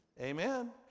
Amen